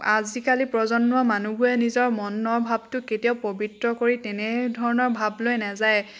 আজিকালি প্ৰজন্মৰ মানুহবোৰে নিজৰ মনৰ ভাৱটো কেতিয়াও পৱিত্ৰ কৰি তেনেধৰণৰ ভাৱ লৈ নাযায়ে